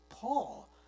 Paul